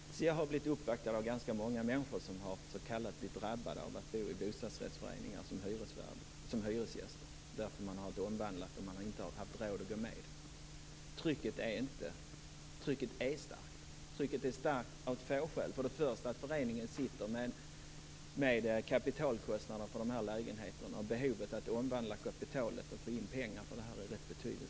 Fru talman! Jag har blivit uppvaktad av ganska många människor som så att säga har blivit drabbade av att bo i bostadsrättsföreningar som hyresgäster på grund av att det har skett en omvandling till bostadsrätter och att de inte har haft råd att gå med. Trycket är starkt på dessa hyresgäster av två skäl. För det första sitter föreningen med kapitalkostnader för dessa lägenheter, och behovet av att omvandla kapitalet och få in pengar för detta är rätt betydelsefullt.